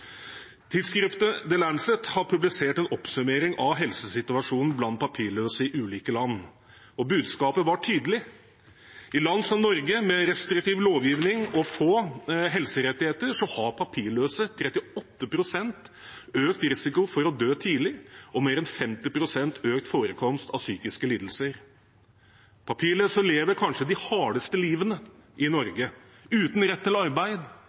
mindre de samme helsemessige rettighetene som befolkningen for øvrig. Tidsskriftet The Lancet har publisert en oppsummering av helsesituasjonen blant papirløse i ulike land, og budskapet var tydelig: I land som Norge, med restriktiv lovgivning og få helserettigheter, har papirløse 38 pst. økt risiko for å dø tidlig og mer enn 50 pst. økt forekomst av psykiske lidelser. Papirløse lever kanskje de hardeste livene i Norge, uten rett til arbeid,